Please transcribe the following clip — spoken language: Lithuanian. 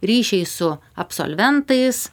ryšiai su absolventais